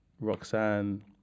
Roxanne